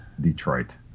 detroit